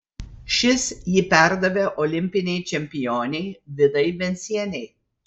šis jį perdavė olimpinei čempionei vidai vencienei